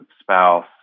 spouse